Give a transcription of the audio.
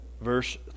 verse